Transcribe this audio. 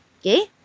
Okay